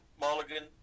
Mulligan